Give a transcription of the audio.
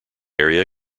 area